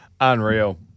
Unreal